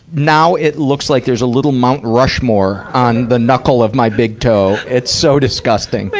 now it looks like there's a little mount rushmore on the knuckle of my big toe. it's so disgusting. but,